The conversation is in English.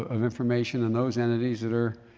of information and those entities that are,